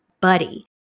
buddy